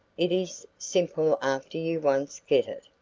it is simple after you once get it.